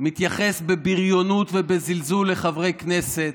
מתייחס בבריונות ובזלזול לחברי כנסת,